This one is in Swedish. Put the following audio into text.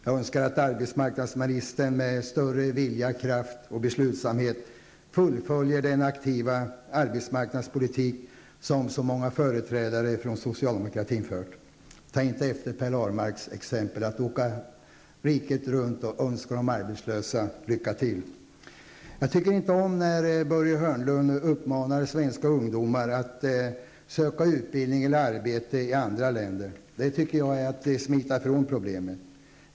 Jag önskar att arbetsmarknadsministern med större vilja, kraft och beslutsamhet fullföljer den aktiva arbetsmarknadspolitik som så många företrädare från socialdemokratin har fört. Tag inte efter Per Ahlmarks exempel, att åka riket runt och önska de arbetslösa lycka till! Jag tycker inte om när Börje Hörnlund uppmanar svenska ungdomar att söka utbildning eller arbete i andra länder. Det tycker jag är att smita ifrån problemen.